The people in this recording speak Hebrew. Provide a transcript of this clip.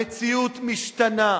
המציאות משתנה.